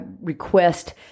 request